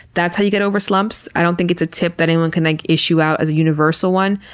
that's how you get over slumps. i don't think it's a tip that anyone can like issue out as a universal one.